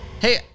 Hey